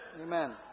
Amen